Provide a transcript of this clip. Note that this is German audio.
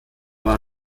war